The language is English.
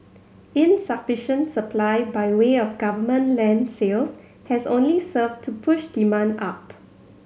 insufficient supply by way of government land sales has only served to push demand up